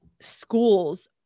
schools